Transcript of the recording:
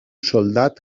soldat